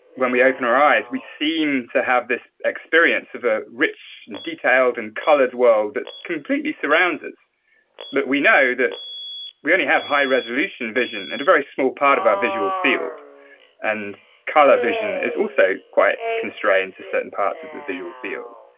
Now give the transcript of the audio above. when we open our eyes, we seem to have this experience of a rich and detailed and colored world that completely surrounds us but we know that we only have high resolution vision and a very small part of our visual field and color vision is also quite constrained to certain parts of the visual field